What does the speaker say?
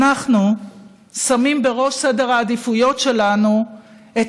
אנחנו שמים בראש סדר העדיפויות שלנו את